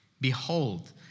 Behold